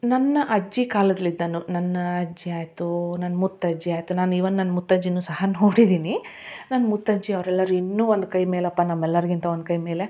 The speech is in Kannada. ನನ್ನ ಅಜ್ಜಿ ಕಾಲದಿಂದನೂ ನನ್ನಾ ಅಜ್ಜಿ ಆಯಿತು ನನ್ನ ಮುತ್ತಜ್ಜಿ ಆಯ್ತು ನಾನು ಇವನ್ ನನ್ನ ಮುತ್ತಜ್ಜಿನೂ ಸಹ ನೋಡಿದೀನಿ ನನ್ನ ಮುತ್ತಜ್ಜಿ ಅವರೆಲ್ಲರೂ ಇನ್ನೂ ಒಂದು ಕೈ ಮೇಲಪ್ಪ ನಮ್ಮ ಎಲ್ಲರಿಗಿಂತ ಒಂದು ಕೈ ಮೇಲೆ